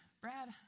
Brad